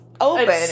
Open